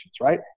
Right